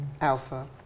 alpha